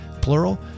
plural